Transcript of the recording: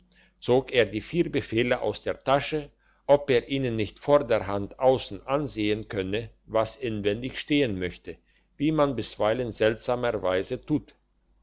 zog er die vier befehle aus der tasche ob er ihnen nicht vorderhand aussen ansehen könne was inwendig stehen möchte wie man bisweilen seltsamerweise tut